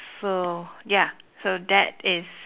so ya so that is